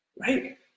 right